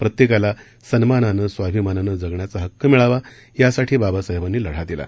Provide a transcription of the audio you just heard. प्रत्येकाला सन्मानानं स्वाभिमानानं जगण्याचा हक्क मिळावा यासाठी बाबासाहेबांनी लढा दिला